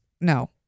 No